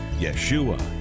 Yeshua